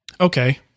Okay